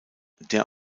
der